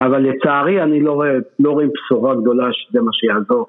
אבל לצערי אני לא רואה, לא רואה בשורה גדולה שזה מה שיעזור.